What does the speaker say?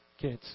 kids